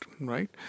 right